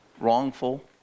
wrongful